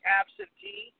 absentee